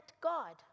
God